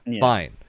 fine